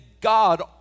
God